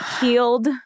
healed